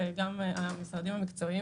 וגם המשרדים האחרים,